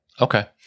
Okay